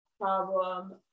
problem